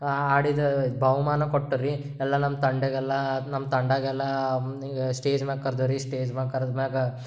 ಆಡಿದ ಬಹುಮಾನ ಕೊಟ್ಟರೀ ಎಲ್ಲ ನಮ್ಮ ತಂಡಕ್ಕೆಲ್ಲ ನಮ್ಮ ತಂಡಕ್ಕೆಲ್ಲ ಸ್ಟೇಜ್ ಮ್ಯಾಲ್ ಕರ್ದರೀ ಸ್ಟೇಜ್ ಮ್ಯಾಲ್ ಕರ್ದು ಮ್ಯಾಲ